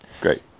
Great